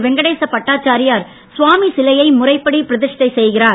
வெங்கடேச பட்டாச்சாரியார் இந்த சுவாமி சிலையை முறைப்படி பிரதிஷ்டை செய்கிறார்